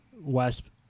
West